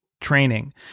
training